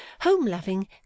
home-loving